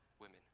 women